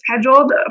scheduled